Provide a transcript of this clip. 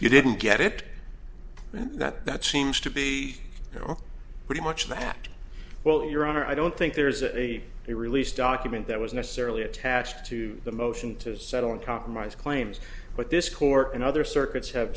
you didn't get it and that that seems to be you know pretty much that well your honor i don't think there's a way to release document that was necessarily attached to the motion to settle a compromise claims but this court and other circuits have